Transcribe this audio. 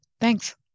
thanks